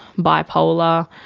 bipolar?